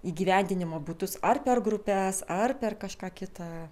įgyvendinimo būdus ar per grupes ar per kažką kitą